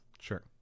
sure